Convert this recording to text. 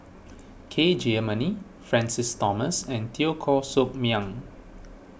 K Jayamani Francis Thomas and Teo Koh Sock Miang